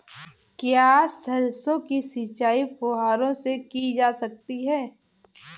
क्या सरसों की सिंचाई फुब्बारों से की जा सकती है?